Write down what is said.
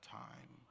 time